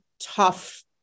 tough